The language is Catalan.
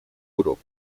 grup